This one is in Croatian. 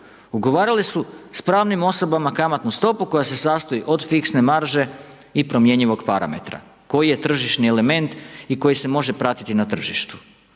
Ugovarale su s pravnim osobama kamatnu stopu koja se sastoji od fiksne marže i promjenjivog parametra koji je tržišni element i koji se može pratiti na tržištu.